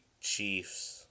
Chiefs